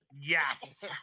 Yes